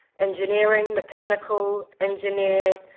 engineering mechanical engineer,